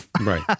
Right